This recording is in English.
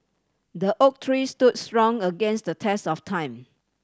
the oak tree stood strong against the test of time